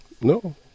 No